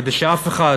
כדי שאף אחד